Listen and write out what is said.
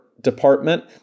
department